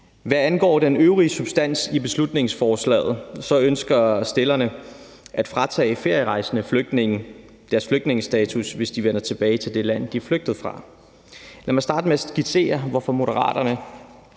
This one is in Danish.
Hvad angår den øvrige substans i beslutningsforslaget, ønsker stillerne at fratage ferierejsende flygtninge deres flygtningestatus, hvis de vender tilbage til det land, de er flygtet fra. Lad mig starte med at skitsere, hvorfor Moderaterne